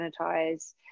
sanitize